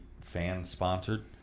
fan-sponsored